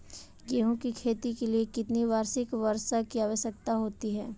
गेहूँ की खेती के लिए कितनी वार्षिक वर्षा की आवश्यकता होती है?